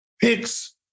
picks